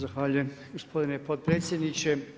Zahvaljujem gospodine potpredsjedniče.